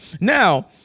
Now